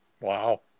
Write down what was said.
Wow